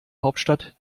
hauptstadt